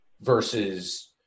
versus